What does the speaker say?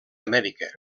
amèrica